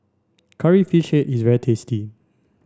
curry fish head is very tasty